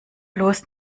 bloß